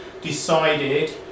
decided